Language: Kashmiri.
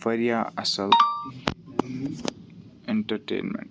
واریاہ اَصٕل اٮ۪نٹَرٹینمٮ۪نٛٹ